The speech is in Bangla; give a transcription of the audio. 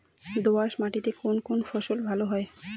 দোঁয়াশ মাটিতে কোন কোন ফসল ভালো হয়?